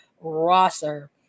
roster